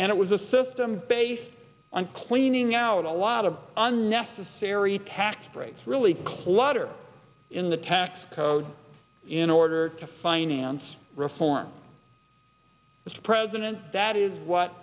and it was a system based on cleaning out a lot of unnecessary tax breaks really clutter in the tax code in order to finance reform mr president that is what